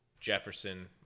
Jefferson